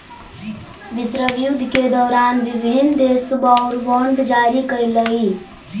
विश्वयुद्ध के दौरान विभिन्न देश वॉर बॉन्ड जारी कैलइ